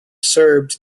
serbs